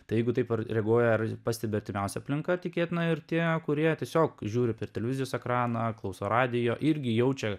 tai jeigu taip ar reaguoja ar pastebi artimiausia aplinka tikėtina ir tie kurie tiesiog žiūri per televizijos ekraną klauso radijo irgi jaučia